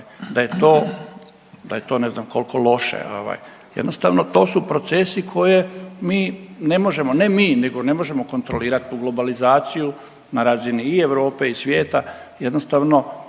da je to ne znam koliko loše? Jednostavno to su procesi koje mi ne možemo, ne mi nego ne možemo kontrolirati tu globalizaciju na razini i Europe i svijeta, jednostavno